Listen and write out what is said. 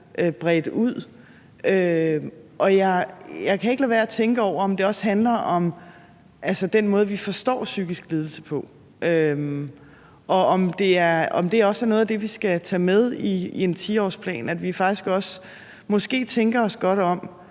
bredt ud. Jeg kan ikke lade være at tænke over, om det også handler om den måde, vi forstår psykisk lidelse på, og om det også er noget af det, vi skal tage med i en 10-årsplan; altså at vi faktisk tænker os godt om